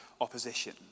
opposition